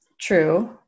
true